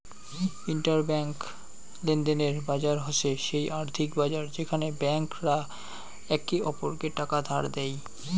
inter bank লেনদেনের বাজার হসে সেই আর্থিক বাজার যেখানে ব্যাংক রা একে অপরকে টাকা ধার দেই